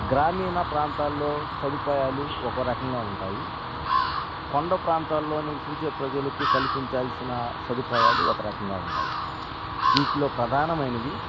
గ్రామీణ ప్రాంతాల్లో సదుపాయాలు ఒక రకంగా ఉంటాయి కొండ ప్రాంతాల్లో నివసించే ప్రజలకు కల్పించాల్సిన సదుపాయాలు ఒక రకంగా ఉంటాయి వీటిలో ప్రధానమైనవి